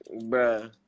bro